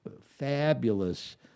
fabulous